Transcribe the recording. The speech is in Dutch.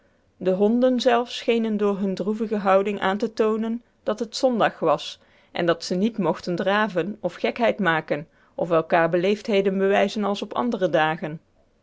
de honden zelfs schenen door hunne droevige houding aan te toonen dat het zondag was en dat ze niet mochten draven of gekheid maken of elkaar beleefdheden bewijzen als op andere dagen